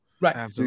Right